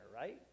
right